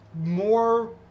more